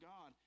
God